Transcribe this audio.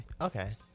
Okay